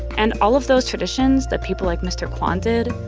and all of those traditions that people like mr. kwan did,